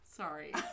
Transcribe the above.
Sorry